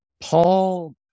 Paul